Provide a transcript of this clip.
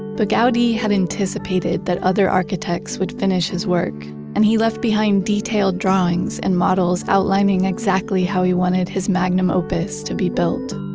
but gaudi had anticipated that other architects would finish his work and he left behind detailed drawings and models outlining exactly how he wanted his magnum opus to be built